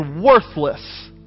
worthless